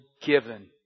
given